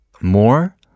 more